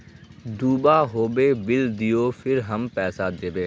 दूबा होबे बिल दियो फिर हम पैसा देबे?